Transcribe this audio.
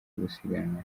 gusiganwa